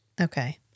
Okay